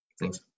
Thanks